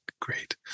Great